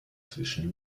zwischen